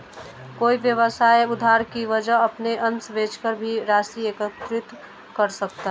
कोई व्यवसाय उधार की वजह अपने अंश बेचकर भी राशि एकत्रित कर सकता है